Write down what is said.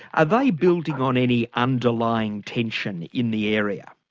are they building on any underlying tension in the area?